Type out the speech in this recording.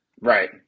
Right